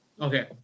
Okay